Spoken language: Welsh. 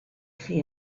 chi